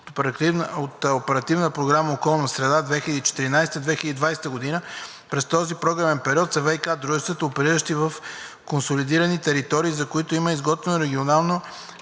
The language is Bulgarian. на Оперативна програма „Околна среда 2014 – 2020 г.“ през този програмен период са ВиК дружества, опериращи в консолидирани територии, за които има изготвено регионално